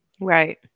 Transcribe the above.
Right